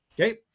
okay